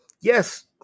Yes